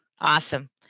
Awesome